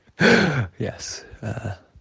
Yes